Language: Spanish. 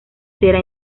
será